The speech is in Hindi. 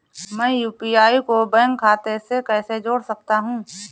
मैं यू.पी.आई को बैंक खाते से कैसे जोड़ सकता हूँ?